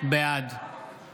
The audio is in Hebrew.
בעד